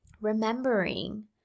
remembering